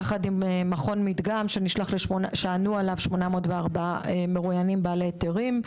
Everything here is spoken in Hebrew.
יחד עם סקר יחד עם מכון מדגם שענו עליו 804 מרואיינים בעלי היתרים,